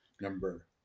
number